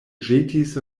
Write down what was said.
ĵetis